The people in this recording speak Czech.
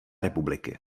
republiky